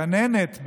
שגננת,